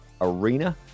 Arena